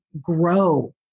grow